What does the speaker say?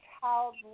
child